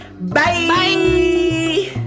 Bye